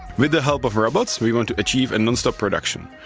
with the help of robots, we want to achieve and non-stop production.